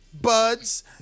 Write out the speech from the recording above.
buds